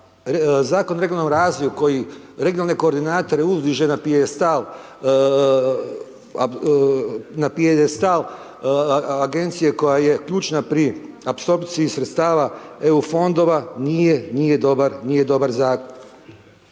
Zakon o regionalnom razvoju koji regionalne koordinatore uzdiže na piestal, na piestal agencije koja je ključna pri apsorpciji sredstava EU fondova nije, nije